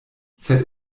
sed